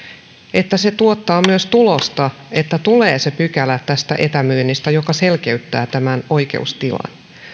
tuottaa myös tulosta että tulee se pykälä tästä etämyynnistä joka selkeyttää tämän oikeustilan